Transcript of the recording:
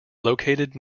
located